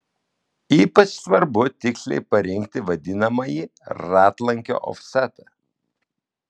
ypač svarbu tiksliai parinkti vadinamąjį ratlankio ofsetą